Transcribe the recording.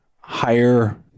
higher